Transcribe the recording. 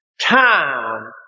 Time